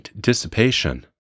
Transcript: dissipation